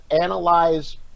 analyze